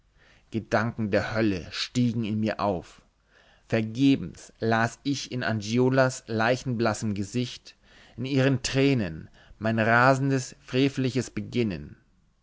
gedanken der hölle stiegen in mir auf vergebens las ich in angiolas leichenblassem gesicht in ihren tränen mein rasendes freveliches beginnen